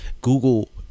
google